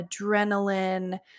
adrenaline